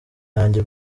yanjye